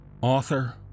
Author